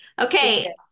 okay